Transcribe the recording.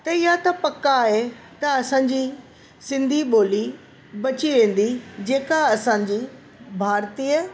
त इया त पका आहे त असांजी सिंधी ॿोली बची वेंदी जेका असांजी भारतीय